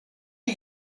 are